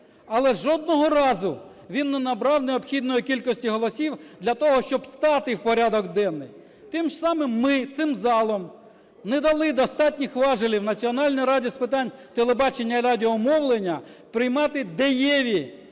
але жодного разу він не набрав необхідної кількості голосів для того, щоб стати в порядок денний. Тим самим ми цим залом не дали достатніх важелів Національній раді з питань телебачення і радіомовлення приймати дієві